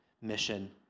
mission